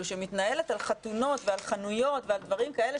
שמתנהלת על חתונות ועל חנויות ועל דברים כאלה,